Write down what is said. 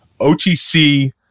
OTC